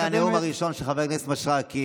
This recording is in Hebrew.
זה כנראה הנאום הראשון של חבר הכנסת מישרקי,